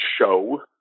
show